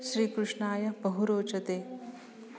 श्रीकृष्णाय बहु रोचते